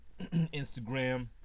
Instagram